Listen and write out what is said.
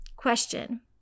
Question